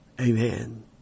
Amen